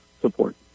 support